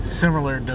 similar